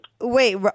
Wait